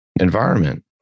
environment